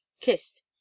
kissed